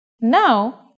now